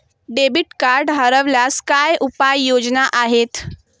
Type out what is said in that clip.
Debit card हरवल्यास काय उपाय योजना आहेत?